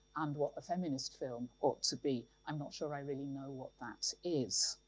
and what a feminist film ought to be. i'm not sure i really now what that is.